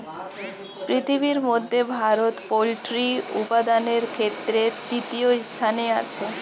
পৃথিবীর মধ্যে ভারত পোল্ট্রি উপাদানের ক্ষেত্রে তৃতীয় স্থানে আছে